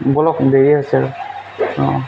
ব'লক দেৰিয়ে হৈছে অঁ